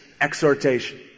exhortation